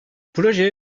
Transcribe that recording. proje